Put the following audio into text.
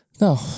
No